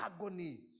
agony